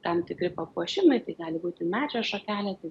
tam tikri papuošimai tai gali būti medžio šakelė tai